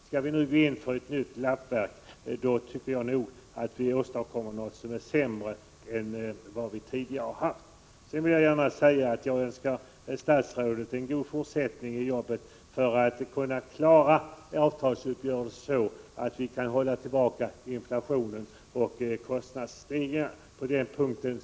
Skall vi nu gå in för ett nytt lappverk, åstadkommer vi något som är sämre än vad vi tidigare har haft. Jag vill gärna säga att jag önskar statsrådet god fortsättning i jobbet och att han skall klara avtalsuppgörelsen på ett sådant sätt att vi kan hålla tillbaka inflationen och kostnadsstegringarna.